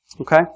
okay